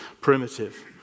primitive